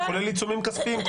כולל עיצומים כספיים,